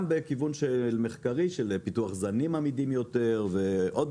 בכיוון של מחקרי של פיתוח זנים עמידים יותר ועוד